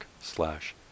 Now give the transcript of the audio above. slash